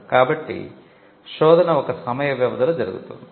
కాబట్టి శోధన ఒక సమయ వ్యవధిలో జరుగుతుంది